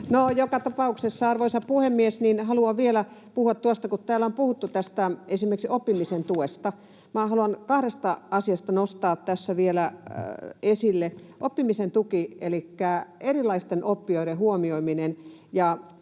joka tapauksessa, arvoisa puhemies, haluan vielä puhua, kun täällä on puhuttu esimerkiksi oppimisen tuesta. Minä haluan kahta asiaa nostaa tässä vielä esille. Oppimisen tuki elikkä erilaisten oppijoiden huomioiminen: